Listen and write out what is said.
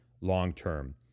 long-term